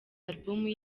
album